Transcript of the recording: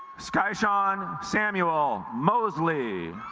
sky sean samuel mosley